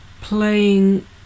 playing